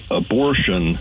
abortion